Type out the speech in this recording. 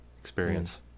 experience